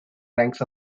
ranks